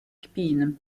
kpin